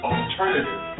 Alternative